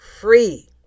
free